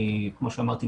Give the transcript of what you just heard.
כמו שאמרתי,